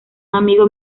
amigo